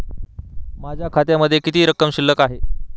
माझ्या खात्यामध्ये किती रक्कम शिल्लक आहे?